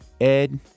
Ed